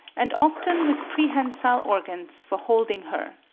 and often with prehensile organs for holding her.